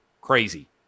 crazy